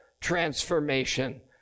transformation